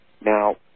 Now